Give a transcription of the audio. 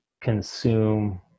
consume